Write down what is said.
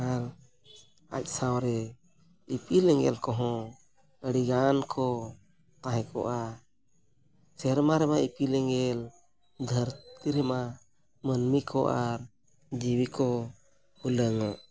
ᱟᱨ ᱟᱡ ᱥᱟᱶ ᱨᱮ ᱤᱯᱤᱞ ᱮᱸᱜᱮᱞ ᱠᱚᱦᱚᱸ ᱟᱹᱰᱤᱜᱟᱱ ᱠᱚ ᱛᱟᱦᱮᱸ ᱠᱚᱜᱼᱟ ᱥᱮᱨᱢᱟ ᱨᱮᱢᱟ ᱤᱯᱤᱞ ᱮᱸᱜᱮᱞ ᱫᱷᱟᱹᱨᱛᱤ ᱨᱮᱢᱟ ᱢᱟᱹᱱᱢᱤ ᱠᱚ ᱟᱨ ᱡᱤᱣᱤ ᱠᱚ ᱦᱩᱞᱟᱹᱝ ᱚᱜ